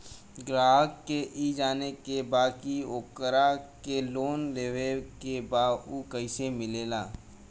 ग्राहक के ई जाने के बा की ओकरा के लोन लेवे के बा ऊ कैसे मिलेला?